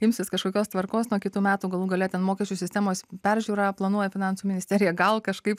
imsis kažkokios tvarkos nuo kitų metų galų gale ten mokesčių sistemos peržiūrą planuoja finansų ministerija gal kažkaip